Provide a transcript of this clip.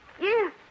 Yes